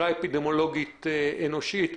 ולייעוץ המשפטי שלה אבל הסיטואציה כרגע,